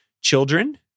children